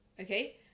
Okay